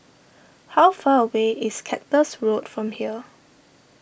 how far away is Cactus Road from here